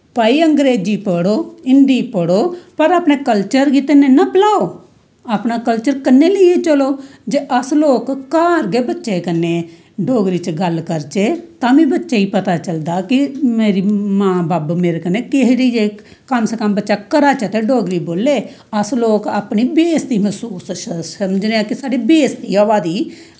भाई अंग्रेजी पढ़ो हिन्दी पढ़ो पर अपने कल्चर गी ते नीं ना भलाओ अपना कल्चर कन्नै लेइयै चलो जे अस लोग घर गै बच्चै कन्नै डोगरी च गल्ल करचै तां बी बच्चें ई आ पता चलदा कि मेरी मां बब्ब मेरे कन्नै केहो जेही कम से कम बच्चा घरै च ते डोगरी बोल्लै अस लोक अपनी बेशती मसूस समझने कि साढ़ी बेशती ऐ होआ दी